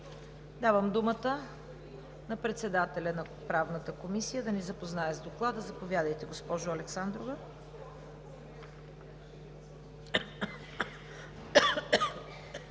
Давам думата на председателя на Правната комисия да ни запознае с Доклада. Заповядайте, госпожо Александрова.